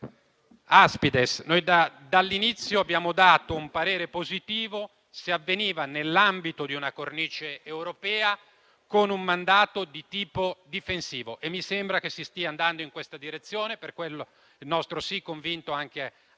sin dall'inizio, abbiamo dato un parere positivo nel caso si svolgesse nell'ambito di una cornice europea con un mandato di tipo difensivo. Mi sembra che si stia andando in questa direzione e, per quello, il nostro sì convinto va anche ad